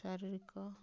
ଶାରୀରିକ